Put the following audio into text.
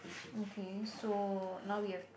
okay so now we have